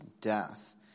death